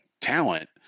talent